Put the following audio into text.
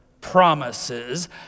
promises